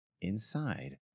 inside